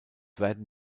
werden